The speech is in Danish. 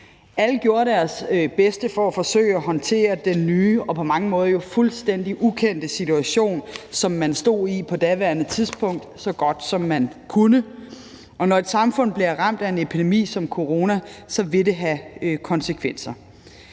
Alle gjorde deres bedste for at forsøge at håndtere den nye og på mange måder jo fuldstændig ukendte situation, som man stod i på daværende tidspunkt, så godt, som man kunne. Og når et samfund bliver ramt af en epidemi som corona, vil det have konsekvenser.